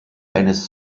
eines